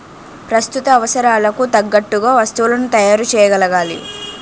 ప్రస్తుత అవసరాలకు తగ్గట్టుగా వస్తువులను తయారు చేయగలగాలి